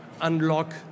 unlock